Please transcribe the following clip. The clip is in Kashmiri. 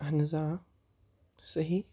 اہن حظ آ صحیح